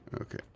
okay